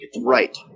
Right